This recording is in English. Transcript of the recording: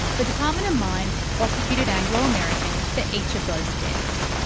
the department of mines prosecuted anglo american for each of those deaths.